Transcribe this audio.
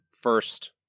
first